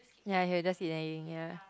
ya he will just keep nagging ya